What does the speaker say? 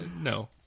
No